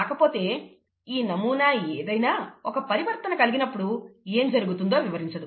కాకపోతే ఈ నమూనా ఏదైనా ఒక పరివర్తన కలిగినప్పుడు ఏం జరుగుతుందో వివరించదు